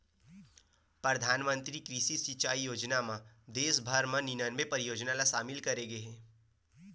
परधानमंतरी कृषि सिंचई योजना म देस भर म निनानबे परियोजना ल सामिल करे गे हे